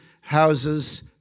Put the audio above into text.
houses